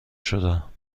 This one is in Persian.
شدم